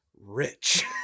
rich